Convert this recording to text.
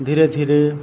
ધીરે ધીરે